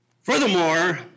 Furthermore